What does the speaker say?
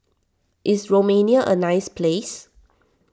is Romania a nice place